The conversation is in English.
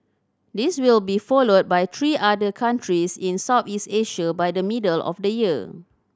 this will be followed by three other countries in Southeast Asia by the middle of the year